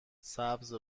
سبز